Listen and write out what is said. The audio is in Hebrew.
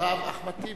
אחריו, אחמד טיבי,